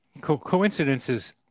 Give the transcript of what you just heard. Coincidences